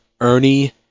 Ernie